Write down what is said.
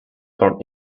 born